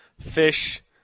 fish